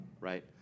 right